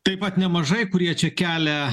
taip pat nemažai kurie čia kelia